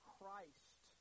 Christ